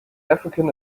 african